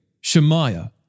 Shemaiah